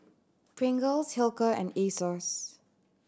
Pringles Hilker and Asos